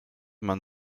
man